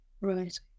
Right